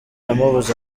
amubuza